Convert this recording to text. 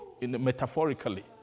metaphorically